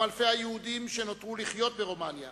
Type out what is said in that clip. גם אלפי היהודים שנותרו לחיות ברומניה